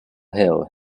hill